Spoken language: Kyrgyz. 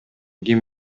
ким